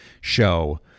show